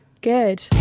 Good